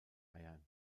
eiern